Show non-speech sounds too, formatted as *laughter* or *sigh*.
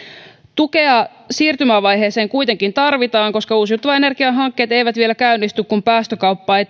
tukea siirtymävaiheeseen kuitenkin tarvitaan koska uusiutuvan energian hankkeet eivät vielä käynnisty kun päästökauppa ei *unintelligible*